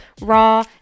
raw